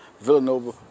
Villanova